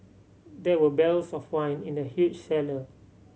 there were barrels of wine in the huge cellar